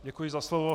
Děkuji za slovo.